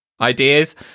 ideas